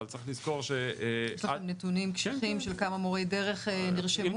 אבל צריך לזכור ש- -- יש לכם נתונים קשיחים של כמה מורי דרך נרשמו?